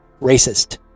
racist